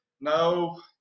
No